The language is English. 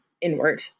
inward